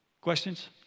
Questions